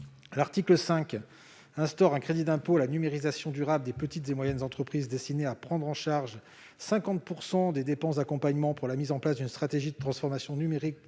L'article 5 du texte instaure un crédit d'impôt à la numérisation durable des petites et moyennes entreprises destiné à prendre en charge 50 % des dépenses d'accompagnement pour la mise en place d'une stratégie de transformation numérique